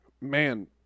man